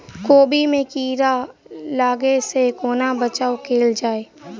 कोबी मे कीड़ा लागै सअ कोना बचाऊ कैल जाएँ?